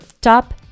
top